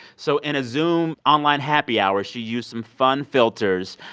so in a zoom online happy hour, she used some fun filters.